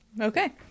okay